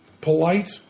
polite